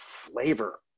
flavor